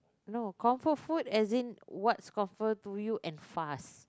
no comfort food as in what's comfort to you and fast